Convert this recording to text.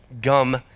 gum